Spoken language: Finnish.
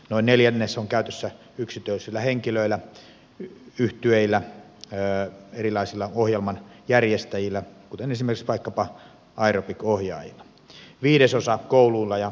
noin neljännes on käytössä yksityisillä henkilöillä yhtyeillä erilaisilla ohjelmanjärjestäjillä kuten vaikkapa aerobic ohjaajilla viidesosa kouluilla ja oppilaitoksilla